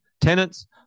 tenants